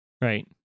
right